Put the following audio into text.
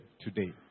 today